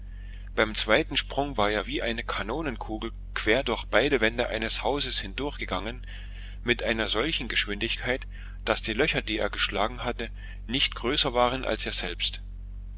beim zweiten sprung war er wie eine kanonenkugel quer durch beide wände eines hauses hindurchgegangen mit einer solchen geschwindigkeit daß die löcher die er geschlagen hatte nicht größer waren als er selbst